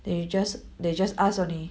they just they just ask only